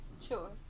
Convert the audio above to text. Sure